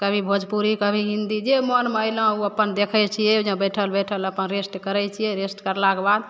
कभी भोजपुरी कभी हिन्दी जे मोनमे अयलहुँ उ अपन देखय छियै बैठल बैठल अपन रेस्ट करय छियै रेस्ट करलाके बाद